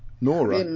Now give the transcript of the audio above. Nora